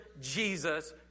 Jesus